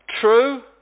true